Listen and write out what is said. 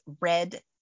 red